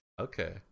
Okay